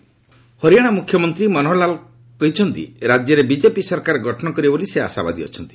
Haryana election Haryana ମୁଖ୍ୟମନ୍ତ୍ରୀ ମନହୋର ଲାଲ୍ କହିଛନ୍ତି ରାଜ୍ୟରେ ବିଜେପି ସରକାର ଗଠନ କରିବ ବୋଲି ସେ ଆଶାବାଦୀ ଅଛନ୍ତି